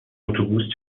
اتوبوس